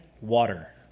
water